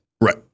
Right